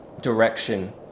direction